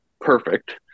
perfect